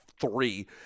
three